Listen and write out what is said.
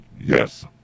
Yes